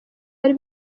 bari